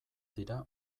dira